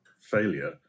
failure